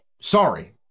Sorry